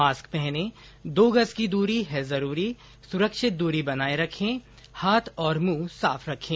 mask पहनें दो गज की दूरी है जरूरी सुरक्षित दूरी बनाए रखें हाथ और मुंह साफ रखें